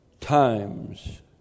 times